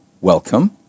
welcome